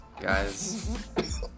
Guys